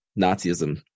Nazism